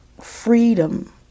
freedom